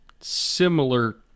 similar